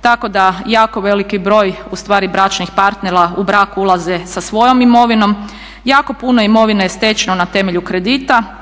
tako da jako veliki broj ustvari bračnih partnera u brak ulaze sa svojom imovinom. Jako puno imovine je stečeno na temelju kredita,